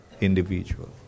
individual